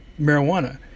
marijuana